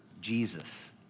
Jesus